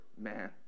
man